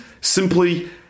simply